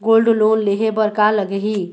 Gold loan लेहे बर का लगही?